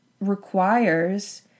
requires